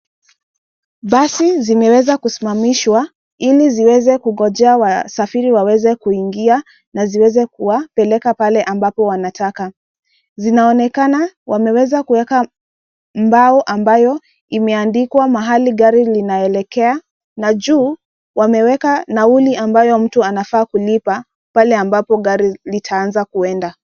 Basi zimeweza kusimamishwa ili ziweze kungojea wasafiri waweze kuingia na ziweze kuwapeleka pale ambapo wanataka. Zinaonekana wameweza kuweka mbao ambayo imeandikwa mahali gari linaelekea na juu wameweka nauli ambayo mtu anafaa kulipa pale ambapo gari litaanza kuenda.